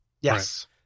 Yes